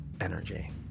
energy